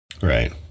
right